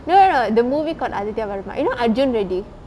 no no the movie called Aaditya Varma varma you know arjun reddy